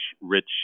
rich